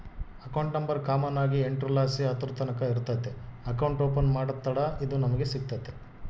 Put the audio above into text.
account number common ಆಗಿ ಎಂಟುರ್ಲಾಸಿ ಹತ್ತುರ್ತಕನ ಇರ್ತತೆ ಅಕೌಂಟ್ ಓಪನ್ ಮಾಡತ್ತಡ ಇದು ನಮಿಗೆ ಸಿಗ್ತತೆ